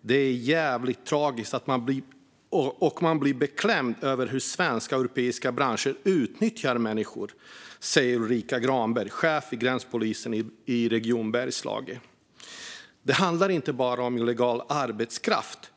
Det är jävligt tragiskt och man blir beklämd över hur svenska och europeiska branscher utnyttjar människor, säger Ulrica Granberg, chef vid gränspolissektionen i Region Bergslagen. Det handlar inte bara om illegal arbetskraft